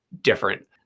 different